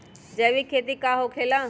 जैविक खेती का होखे ला?